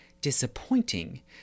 disappointing